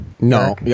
No